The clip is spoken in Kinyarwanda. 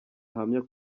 ahamya